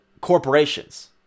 corporations